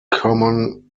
common